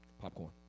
Popcorn